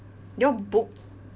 did you all book